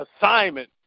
assignment